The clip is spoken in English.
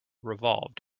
revolved